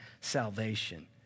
salvation